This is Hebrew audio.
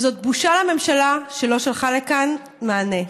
וזאת בושה לממשלה שלא שלחה לכאן מענה.